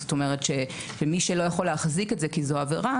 זאת אומרת שמי שלא יכול להחזיק את זה כי זו עבירה,